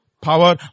power